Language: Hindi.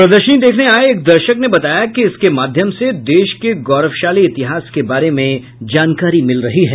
प्रदर्शनी देखने आये एक दर्शक ने बताया कि इसके माध्यम से देश के गौरवशाली इतिहास के बारे में जानकारी मिल रही है